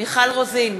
מיכל רוזין,